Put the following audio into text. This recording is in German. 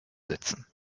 setzen